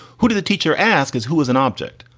who did the teacher ask? is who was an object?